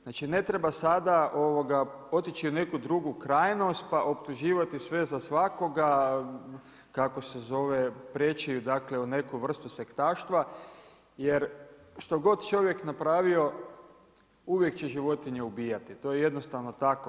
Znači ne treba sada otići u neku drugu krajnost pa optuživati sve za svakoga, kako se zove, preći u neku vrstu sektaštva jer što god čovjek napravio, uvijek će životinje ubijati, to je jednostavno tako.